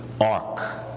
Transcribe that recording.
ark